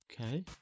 Okay